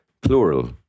plural